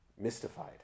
mystified